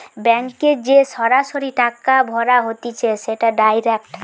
ব্যাংকে যে সরাসরি টাকা ভরা হতিছে সেটা ডাইরেক্ট